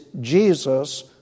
Jesus